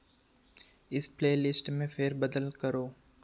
इस प्लेलिस्ट में फे़र बदल करो